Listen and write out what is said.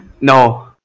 No